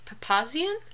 Papazian